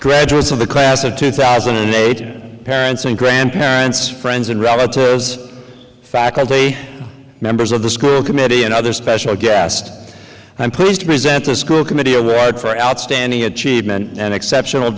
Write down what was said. graduates of the class of two thousand and eight parents and grandparents friends and relatives faculty members of the school committee and other special guest i'm pleased to present a school committee award for outstanding achievement and exceptional